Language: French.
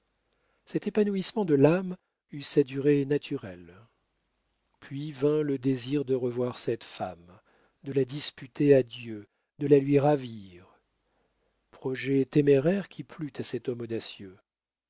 cet épanouissement de l'âme eut sa durée naturelle puis vint le désir de revoir cette femme de la disputer à dieu de la lui ravir projet téméraire qui plut à cet homme audacieux